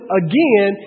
again